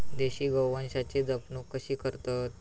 देशी गोवंशाची जपणूक कशी करतत?